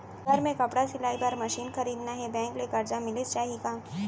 घर मे कपड़ा सिलाई बार मशीन खरीदना हे बैंक ले करजा मिलिस जाही का?